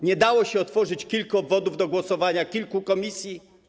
Nie dało się utworzyć kilku obwodów do głosowania, kilku komisji?